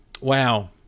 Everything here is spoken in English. Wow